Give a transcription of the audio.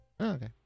Okay